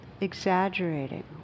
exaggerating